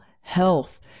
health